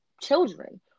children